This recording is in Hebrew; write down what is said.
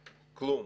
כלום.